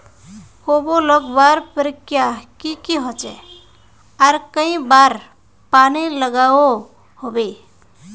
कोबी लगवार प्रक्रिया की की होचे आर कई बार पानी लागोहो होबे?